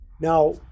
Now